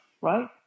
Right